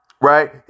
right